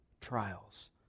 trials